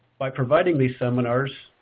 by providing these seminars,